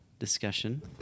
discussion